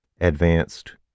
advanced